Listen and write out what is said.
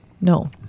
no